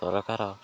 ସରକାର